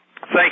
Thank